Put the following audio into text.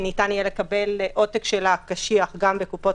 ניתן יהיה לקבל עותק קשיח שלה גם דרך קופות